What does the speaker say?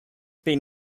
been